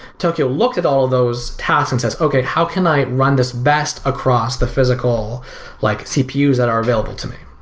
tokio looked at all of those tasks and says, okay, how can i run this best across the physical like cpu's that are available to me?